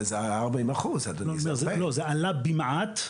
זה 40%. זה עלה במעט.